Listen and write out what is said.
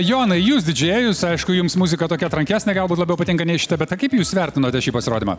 jonai jūs didžėjus aišku jums muzika tokia trankesnė galbūt labiau patinka nei šita bet kaip jūs vertinote šį pasirodymą